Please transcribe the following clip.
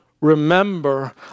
remember